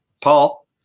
Paul